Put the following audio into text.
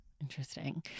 Interesting